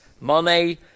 money